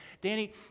Danny